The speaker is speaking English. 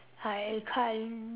I can't